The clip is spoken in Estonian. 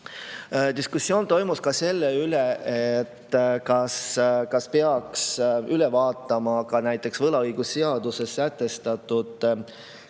Diskussioon toimus ka selle üle, kas peaks üle vaatama näiteks võlaõigusseaduses sätestatud krediidi